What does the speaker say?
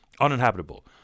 uninhabitable